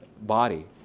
body